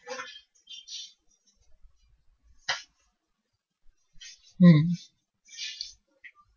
mm